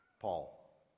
Paul